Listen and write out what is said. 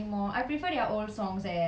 ya their old song is very hype